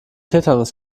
tetanus